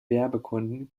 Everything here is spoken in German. werbekunden